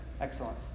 Excellent